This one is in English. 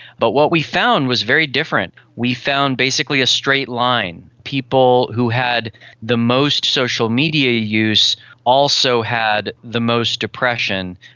but what we found was very different. we found basically a straight line. people who had the most social media use also had the most depression.